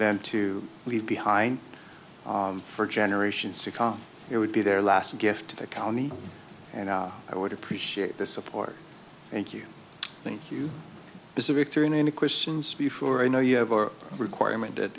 them to leave behind for generations to come it would be their last gift to the county and i would appreciate the support thank you thank you this is victory in any questions before i know you have a requirement at